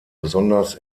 besonders